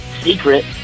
secret